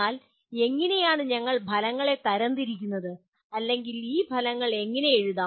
എന്നാൽ എങ്ങനെയാണ് ഞങ്ങൾ ഫലങ്ങളെ തരംതിരിക്കുന്നത് അല്ലെങ്കിൽ ഈ ഫലങ്ങൾ എങ്ങനെ എഴുതാം